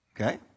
Okay